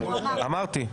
כן, אמרתי.